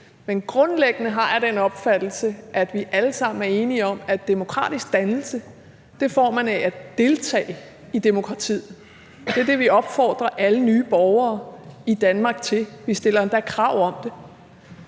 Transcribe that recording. men grundlæggende har jeg den opfattelse, at vi alle sammen er enige om, at demokratisk dannelse får man af at deltage i demokratiet. Det er det, vi opfordrer alle nye borgere i Danmark til. Vi stiller endda krav om det.